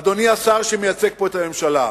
אדוני השר שמייצג פה את הממשלה.